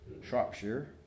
Shropshire